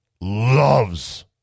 loves